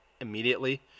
immediately